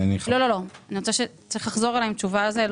לא, אתה צריך לחזור אליי עם תשובה על זה.